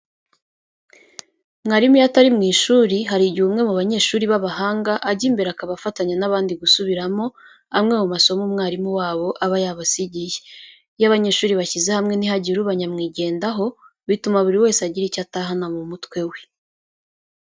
Mwarimu iyo atari mu ishuri, hari igihe umwe mu banyeshuri b'abahanga ajya imbere akaba afatanya n'abandi gusubiramo amwe mu masomo umwarimu wabo aba yabasigiye. Iyo abanyeshuri bashyize hamwe ntihagire uba nyamwigendaho, bituma buri wese agira icyo atahana mu mutwe we.